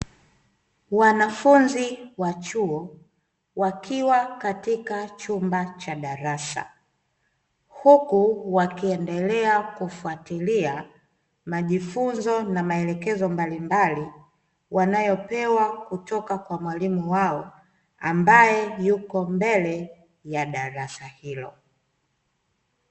Wanafunzi wa chuo, wakiwa katika chumba cha darasa, huku wakiendelea kufuatilia majifunzo na maelekezo mbalimbali, wanayotoa kutoka kwa mwalimu wao ambae yuko mbele ya darasa hilo.